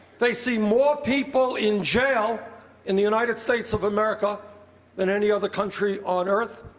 they see more people in jail in the united states of america than any other country on earth,